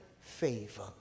favor